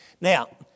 Now